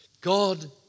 God